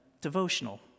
devotional